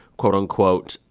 quote, unquote,